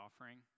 offering